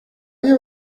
you